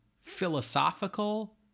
philosophical